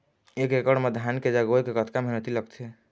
एक एकड़ म धान के जगोए के कतका मेहनती लगथे?